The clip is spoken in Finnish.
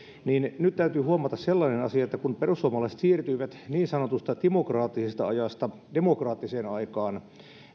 niin nyt täytyy huomata sellainen asia että kun perussuomalaiset siirtyivät niin sanotusta timokraattisesta ajasta demokraattiseen aikaan